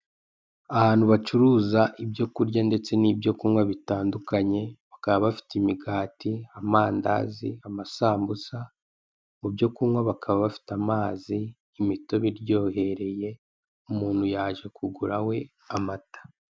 Ahantu bacuruza ibyokurya ndetse n'ibyokunywa bitandukanye bakaba bafite imigati, amandazi, amasambusa mu byo kunywa bakaba bafite amazi, imitobe iryohereye umuntu yaje kugura we amata.